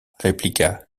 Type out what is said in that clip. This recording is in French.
répliqua